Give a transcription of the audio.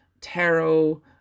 tarot